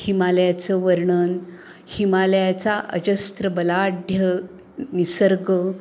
हिमालयाचं वर्णन हिमालयाचा अजस्र बलाध्य निसर्ग